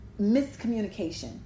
miscommunication